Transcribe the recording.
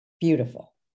Beautiful